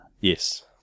Yes